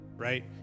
right